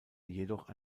jedoch